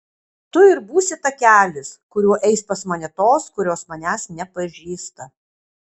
tu ir būsi takelis kuriuo eis pas mane tos kurios manęs nepažįsta